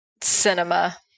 cinema